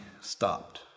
stopped